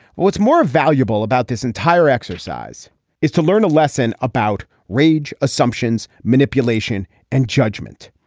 what's more valuable about this entire exercise is to learn a lesson about rage assumptions manipulation and judgment.